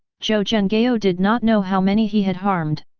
zhou zhenghao did not know how many he had harmed.